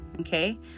okay